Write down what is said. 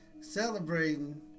celebrating